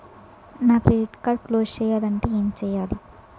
నా credit card close చేయాలంటే ఏంటి చేయాలి?